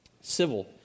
civil